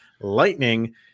Lightning